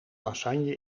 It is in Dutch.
lasagne